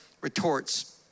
retorts